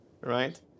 right